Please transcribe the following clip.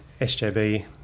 SJB